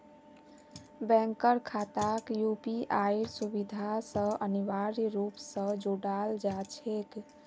बैंकेर खाताक यूपीआईर सुविधा स अनिवार्य रूप स जोडाल जा छेक